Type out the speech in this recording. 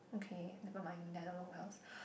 okay nevermind then I don't know who else